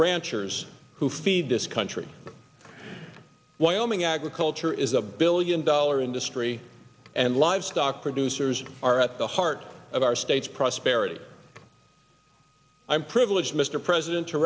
ranchers who feed this country wyoming agriculture is a billion dollar industry and livestock producers are at the heart of our state's prosperity i'm privileged mr president to